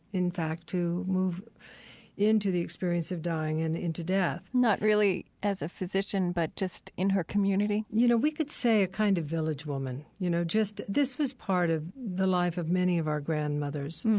in fact, to move into the experience of dying and into death not really as a physician but just in her community? you know, we could say a kind of village woman. you know, this was part of the life of many of our grandmothers.